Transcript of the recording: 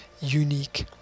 unique